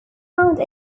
found